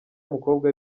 mukobwa